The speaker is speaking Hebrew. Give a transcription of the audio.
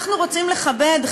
אנחנו רוצים לכבד,